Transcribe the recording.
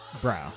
Bro